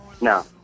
No